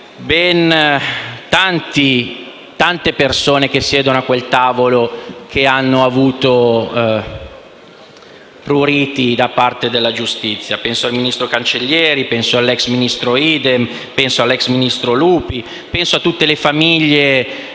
tante persone che siedono in quei banchi che hanno avuto pruriti da parte della giustizia: penso al ministro Cancellieri, all'ex ministro Idem, all'ex ministro Lupi, a tutte le famiglie